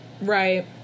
Right